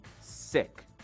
sick